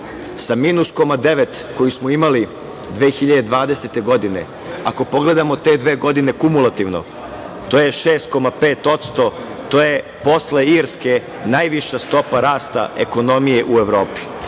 sa minus koma devet, koju smo imali 2020. godine. Ako pogledamo te dve godine kumulativno, to je 6,5%, to je posle Irske najviša stopa rasta ekonomije u Evropi.